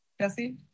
Jesse